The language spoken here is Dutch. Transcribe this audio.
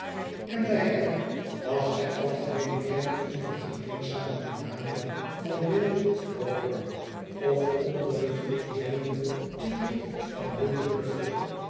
en bij hen was hij algemeen bekend onder de gemeenzame benaming van bill boorker of onder den vereerenden titel van bill de bluffer